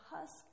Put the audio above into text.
husk